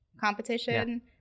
competition